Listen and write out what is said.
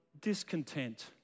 discontent